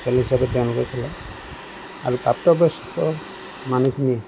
খেল হিচাপে তেওঁলোকে খেলে আৰু প্ৰাপ্তবয়স্ক মানুহখিনিয়ে